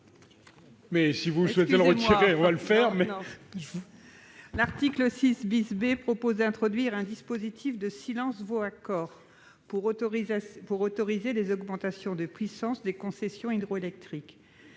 L'article 6 B introduit un dispositif de « silence vaut accord » pour autoriser les augmentations de puissance des concessions hydroélectriques.